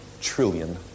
trillion